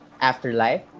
afterlife